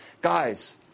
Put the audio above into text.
guys